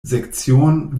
sektion